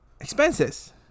expenses